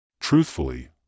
Truthfully